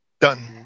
Done